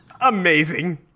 amazing